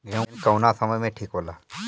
गेहू कौना समय मे ठिक होला?